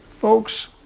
Folks